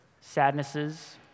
sadnesses